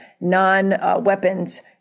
non-weapons